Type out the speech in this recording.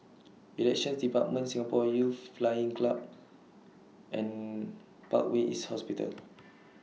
Elections department Singapore Youth Flying Club and Parkway East Hospital